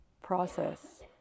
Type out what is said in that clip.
process